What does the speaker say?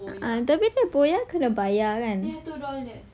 ah tapi ini buoy kena bayar kan